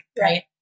right